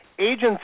agents